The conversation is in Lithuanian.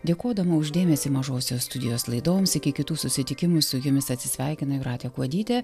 dėkodama už dėmesį mažosios studijos laidoms iki kitų susitikimų su jumis atsisveikina jūratė kuodytė